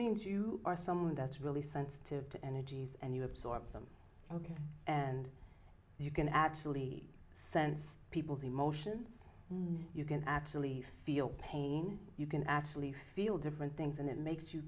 means you are someone that's really sensitive to energies and you absorb them ok and you can actually sense people's emotions you can actually feel pain you can actually feel different things and it makes you